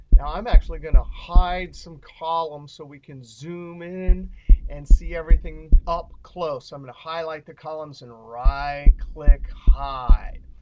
now i'm actually going to hide some columns so we can zoom in and see everything up close. i'm going to highlight the columns and right click, hide.